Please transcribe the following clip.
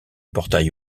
portail